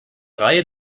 reihe